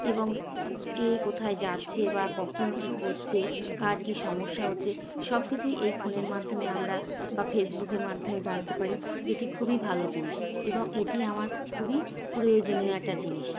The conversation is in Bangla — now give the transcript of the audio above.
এবং কে কোথায় যাচ্ছে বা কখন কী করছে কার কী সমস্যা হচ্ছে সব কিছুই এই ফোনের মাধ্যমে আমরা বা ফেসবুকের মাধ্যমে জানতে পারি যেটি খুবই ভালো জিনিস এবং এটি আমার খুবই প্রয়োজনীয় একটা জিনিস